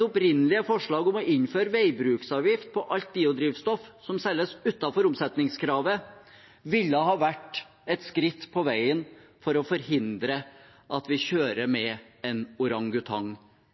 opprinnelige forslag om å innføre veibruksavgift på alt biodrivstoff som selges utenfor omsetningskravet, ville ha vært et skritt på veien for å forhindre at vi kjører med en orangutang